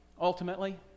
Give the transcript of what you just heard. Ultimately